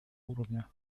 уровня